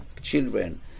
children